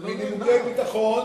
מנימוקי ביטחון,